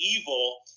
evil